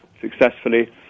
successfully